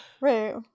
Right